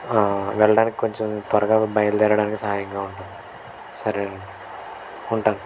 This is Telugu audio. వెళ్ళడానికి కొంచం త్వరగా బయలుదేరడానికి సహాయంగా ఉంటుంది సరేనండి ఉంటాను